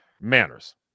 manners